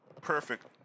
perfect